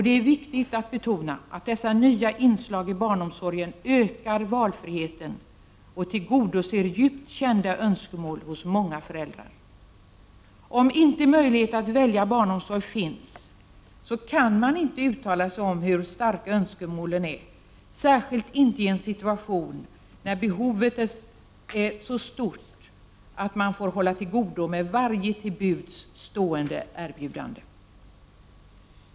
Det är viktigt att betona att dessa nya inslag i barnomsorgen ökar valfriheten och tillgodoser djupt kända önskemål hos många föräldrar. Om inte möjlighet att välja barnomsorg finns, så kan man inte uttala sig om hur starka önskemålen är — särskilt inte i en situation när behovet är så stort att man får hålla till godo med varje till buds stående erbjudande.